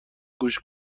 گوش